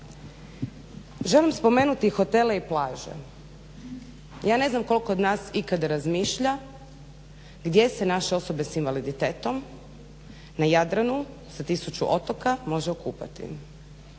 Želim spomenuti hotele i plaže. Ja ne znam koliko od nas ikada razmišlja gdje se naše osobe s invaliditetom na Jadranu sa tisuću otoka može okupati.